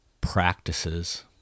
practices